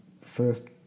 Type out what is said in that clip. first